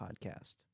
Podcast